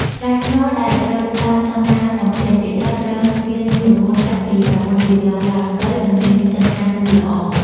ផ្លែខ្នុរដែលត្រូវតាមស្តង់ដារនាំចេញ ភាគច្រើនត្រូវមានទម្ងន់ចាប់ពី ៩ គីឡូឡើងទៅ និងមានសណ្ឋានមូលល្អ។